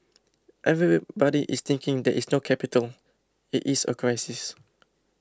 everybody is thinking there is no capital it is a crisis